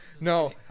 No